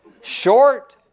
Short